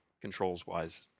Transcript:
Controls-wise